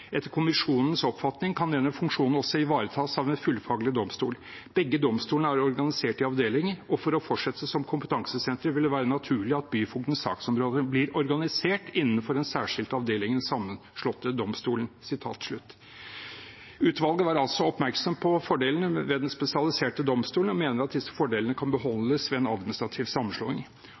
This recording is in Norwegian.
Etter kommisjonens oppfatning kan denne funksjonen også ivaretas av en fullfaglig domstol. Begge domstolene er organisert i avdelinger, og for fortsatt å kunne fungere som kompetansesentre vil det kunne være naturlig at byfogdens saksområder blir organisert innenfor særskilt avdeling i den sammenslåtte domstolen.» Utvalget var altså oppmerksom på fordelene ved den spesialiserte domstolen, og mener at disse fordelene kan beholdes ved en administrativ sammenslåing.